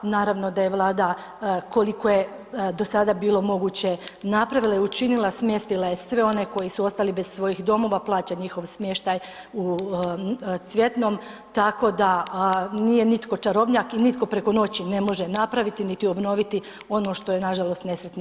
Naravno da je Vlada, koliko je do sada bilo moguće, napravila i učinila, smjestila je sve one koji su ostali bez svojih domova, plaća njihov smještaj u cvjetnom, tako da nije nitko čarobnjak i nitko preko noći ne može napraviti niti obnoviti ono što je nažalost nesretni